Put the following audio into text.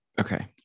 Okay